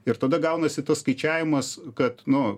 ir tada gaunasi tas skaičiavimas kad nu